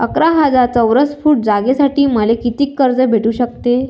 अकरा हजार चौरस फुट जागेसाठी मले कितीक कर्ज भेटू शकते?